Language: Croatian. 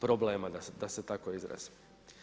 problema, da se tako izrazim.